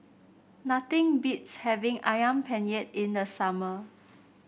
nothing beats having ayam Penyet in the summer